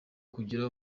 kugira